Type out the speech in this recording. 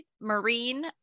marine